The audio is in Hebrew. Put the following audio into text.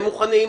הם מוכנים.